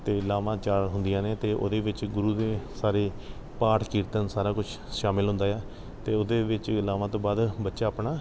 ਅਤੇ ਲਾਵਾਂ ਚਾਰ ਹੁੰਦੀਆਂ ਨੇ ਅਤੇ ਉਹਦੇ ਵਿੱਚ ਗੁਰੂ ਦੇ ਸਾਰੇ ਪਾਠ ਕੀਰਤਨ ਸਾਰਾ ਕੁਛ ਸ਼ਾਮਿਲ ਹੁੰਦਾ ਆ ਅਤੇ ਉਹਦੇ ਵਿੱਚ ਲਾਵਾਂ ਤੋਂ ਬਾਅਦ ਬੱਚਾ ਆਪਣਾ